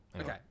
Okay